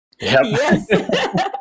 Yes